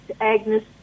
Agnes